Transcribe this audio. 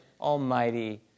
Almighty